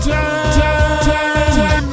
Time